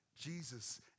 Jesus